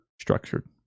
structured